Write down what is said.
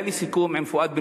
היה לי סיכום עם פואד,